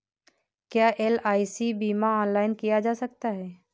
क्या एल.आई.सी बीमा ऑनलाइन किया जा सकता है?